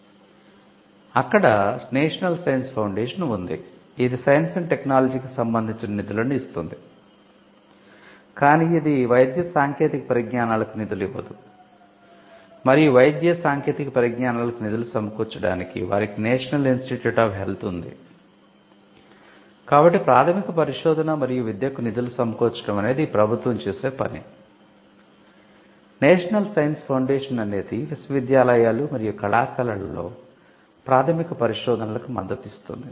United States లో National Science Foundation అనేది విశ్వవిద్యాలయాలు మరియు కళాశాలలలో ప్రాథమిక పరిశోధనలకు మద్దతు ఇస్తుంది